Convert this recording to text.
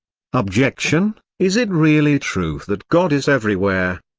objection is it really true that god is everywhere?